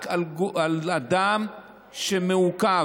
רק על אדם שמעוכב.